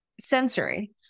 sensory